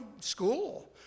school